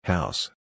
House